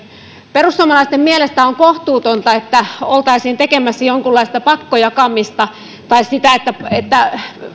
perussuomalaisten mielestä on kohtuutonta että oltaisiin tekemässä jonkunlaista pakkojakamista tai sitä että että